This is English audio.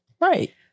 Right